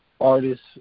artists